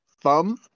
thumb